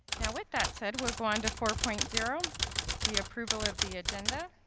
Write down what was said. now with that said we'll go on to four point zero the approval of the agenda